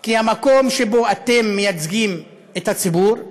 כי המקום שבו אתם מייצגים את הציבור,